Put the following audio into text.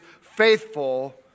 faithful